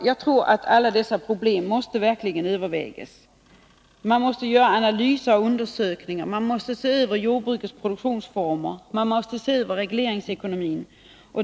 Jag tror att alla dessa problem verkligen måste övervägas. Man måste göra analyser och undersökningar. Man måste se över jordbrukets produktionsformer. Man måste se över regleringsekonomin.